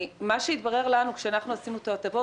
התברר לנו כאשר עשינו את ההטבות,